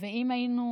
ואם היינו